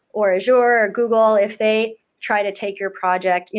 or azure, or google, if they try to take your project,